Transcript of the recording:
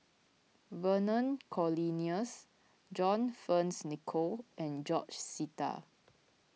Vernon Cornelius John Fearns Nicoll and George Sita